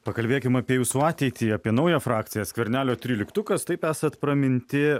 pakalbėkim apie jūsų ateitį apie naują frakciją skvernelio tryliktukas taip esat praminti